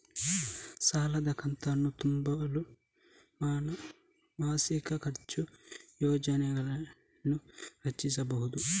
ಸಾಲದ ಕಂತನ್ನು ತುಂಬಲು ಮಾಸಿಕ ಖರ್ಚು ಯೋಜನೆಯನ್ನು ರಚಿಸಿಬಹುದು